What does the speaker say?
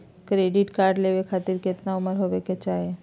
Credit card लेवे खातीर कतना उम्र होवे चाही?